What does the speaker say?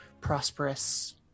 prosperous